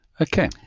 Okay